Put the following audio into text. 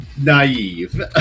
naive